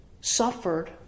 suffered